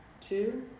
two